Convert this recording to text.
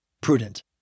prudent